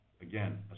again